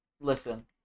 listen